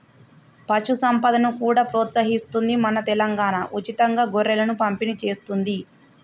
పశు సంపదను కూడా ప్రోత్సహిస్తుంది మన తెలంగాణా, ఉచితంగా గొర్రెలను పంపిణి చేస్తుంది